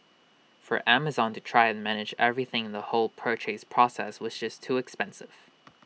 for Amazon to try and manage everything in the whole purchase process was just too expensive